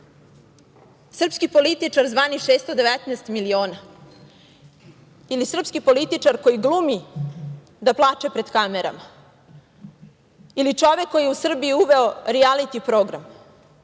srpski političar zvani 619 miliona ili srpski političar koji glumi da plače pred kamerama ili čovek koji je u Srbiju uveo rijaliti program